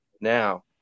now